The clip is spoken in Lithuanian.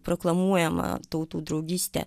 proklamuojama tautų draugystė